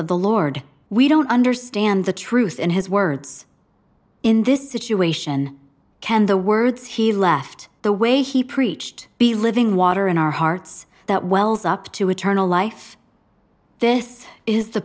of the lord we don't understand the truth in his words in this situation can the words he left the way he preached be living water in our hearts that wells up to eternal life this is the